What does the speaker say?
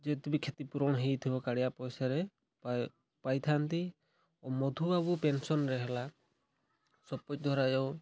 ଯେତେ ବି କ୍ଷତି ପୂରଣ ହେଇଥିବ କାଳିଆ ପଇସାରେ ପାଇଥାନ୍ତି ଓ ମଧୁବାବୁ ପେନସନ୍ରେ ହେଲା ସପୋଜ୍ ଧରା